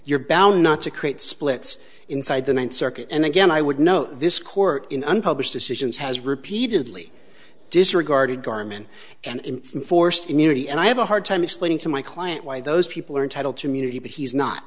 you're bound not to create splits inside the ninth circuit and again i would know this court in unpublished decisions has repeatedly disregarded garman and enforced immunity and i have a hard time explaining to my client why those people are entitled to munity but he's not